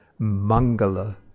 mangala